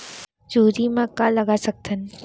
चुहरी म का लगा सकथन?